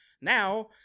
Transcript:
Now